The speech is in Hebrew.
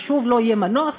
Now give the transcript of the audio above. ושוב לא יהיה מנוס